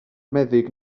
meddyg